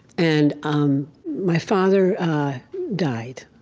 and um my father died.